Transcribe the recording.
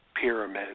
pyramid